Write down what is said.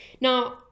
Now